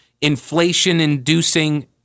inflation-inducing